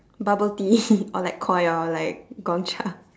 bubble tea or like koi or like gongcha